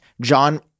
John